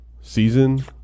season